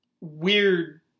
weird